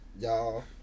y'all